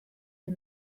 für